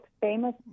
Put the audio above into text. famous